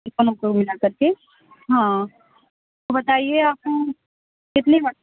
کو مِلا کر کے ہاں تو بتائیے آپ کو کتنے